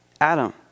Adam